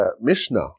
Mishnah